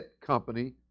company